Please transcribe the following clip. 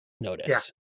notice